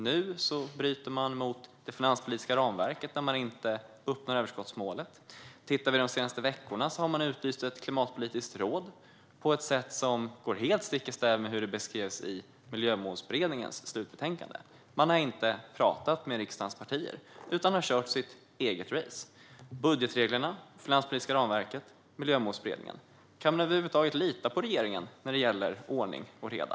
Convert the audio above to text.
Nu bryter de mot det finanspolitiska ramverket när de inte uppnår överskottsmålet. De senaste veckorna har de utlyst ett klimatpolitiskt råd på ett sätt som går helt stick i stäv med hur det beskrevs i Miljömålsberedningens slutbetänkande. De har inte talat med riksdagens partier utan har kört sitt eget race. Det gäller budgetreglerna, finanspolitiska ramverket och Miljömålsberedningen. Kan man över huvud taget lita på regeringen när det gäller ordning och reda?